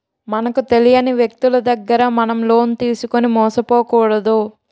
మనకు తెలియని వ్యక్తులు దగ్గర మనం లోన్ తీసుకుని మోసపోకూడదు